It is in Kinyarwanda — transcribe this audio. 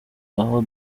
aho